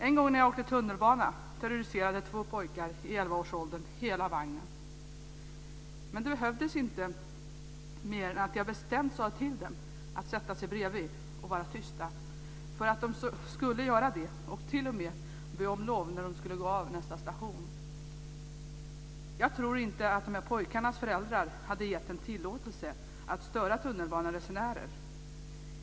En gång när jag åkte tunnelbana terroriserade två pojkar i elvaårsåldern hela vagnen, men det behövdes inte mer än att jag bestämt sade till dem att sätta sig och vara tysta för att de skulle göra det och t.o.m. be om lov när de skulle gå av vid nästa station. Jag tror inte att de här pojkarnas föräldrar hade gett dem tillåtelse att störa tunnelbaneresenärer.